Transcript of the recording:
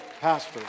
pastor